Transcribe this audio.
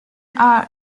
are